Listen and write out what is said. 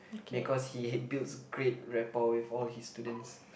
because he builds great rapport with all his students